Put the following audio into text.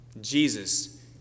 Jesus